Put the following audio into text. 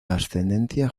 ascendencia